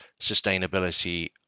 sustainability